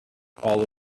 all